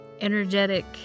energetic